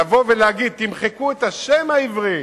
לבוא ולהגיד: תמחקו את השם העברי,